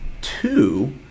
Two